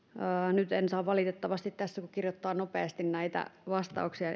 nyt en saa valitettavasti selvää kun kirjoittaa nopeasti näitä vastauksia